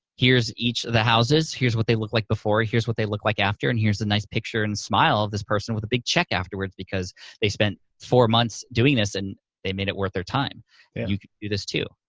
here's each of the houses, here's what they looked like before, here's what they look like after, and here's a nice picture and smile of this person with a big check afterward because they spent four months doing this and they made it worth their time. you can do this, too.